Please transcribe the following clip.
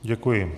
Děkuji.